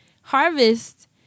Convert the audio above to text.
Harvest